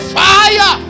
fire